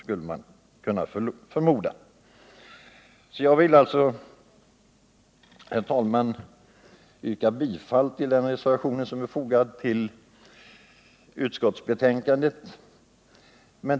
Jag ber, herr talman, att få yrka bifall till den reservation som är fogad till utskottsbetänkandet.